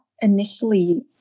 initially